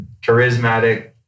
charismatic